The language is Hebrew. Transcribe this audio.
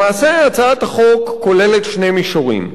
למעשה, הצעת החוק כוללת שני מישורים.